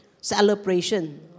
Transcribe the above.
celebration